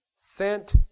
sent